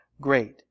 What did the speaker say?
great